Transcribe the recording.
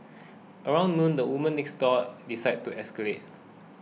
around noon the woman next door decides to escalate